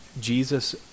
Jesus